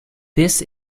this